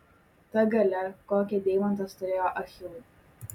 ta galia kokią deimantas turėjo achilui